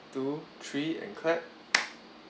two three and clap